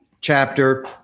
chapter